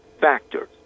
factors